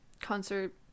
concert